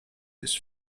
this